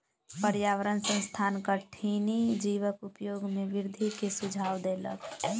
पर्यावरण संस्थान कठिनी जीवक उपयोग में वृद्धि के सुझाव देलक